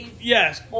yes